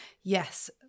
yes